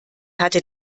hatte